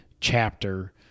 chapter